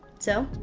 so,